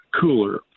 cooler